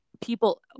people